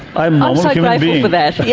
i'm so grateful for that. but yeah